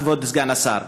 כבוד סגן השר.